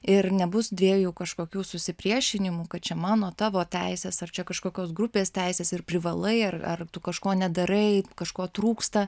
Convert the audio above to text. ir nebus dviejų kažkokių susipriešinimų kad čia mano tavo teisės ar čia kažkokios grupės teisės ir privalai ar ar tu kažko nedarai kažko trūksta